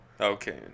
Okay